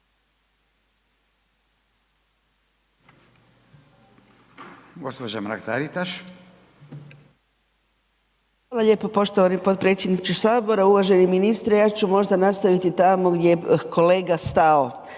Hvala lijepo poštovani potpredsjedniče Sabora, uvaženi ministre. Ja ću možda nastaviti tamo gdje je kolega stao